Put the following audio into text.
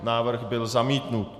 Návrh byl zamítnut.